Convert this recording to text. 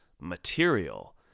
material